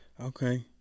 Okay